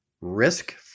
Risk